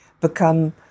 become